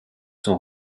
sont